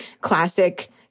Classic